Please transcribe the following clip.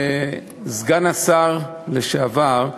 סגן השר לשעבר,